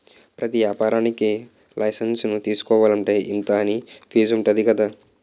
ప్రతి ఏపారానికీ లైసెన్సు తీసుకోలంటే, ఇంతా అని ఫీజుంటది కదా